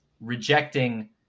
rejecting